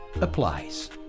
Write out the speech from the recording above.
applies